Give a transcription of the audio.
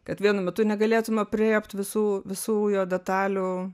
kad vienu metu negalėtum aprėpt visų visų jo detalių